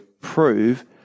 prove